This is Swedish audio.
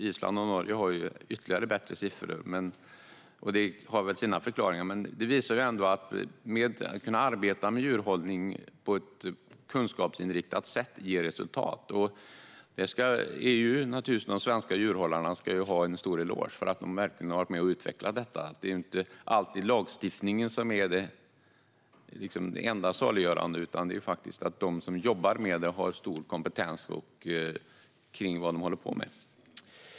Island och Norge har ännu bättre siffror, och det har väl sina förklaringar. Men detta visar ändå att arbete med djurhållning på ett kunskapsinriktat sätt ger resultat. De svenska djurhållarna ska naturligtvis ha en stor eloge för att de har varit med och utvecklat detta. Lagstiftning är inte alltid det enda saliggörande, utan det krävs också att de som jobbar med detta har stor kompetens kring vad de håller på med.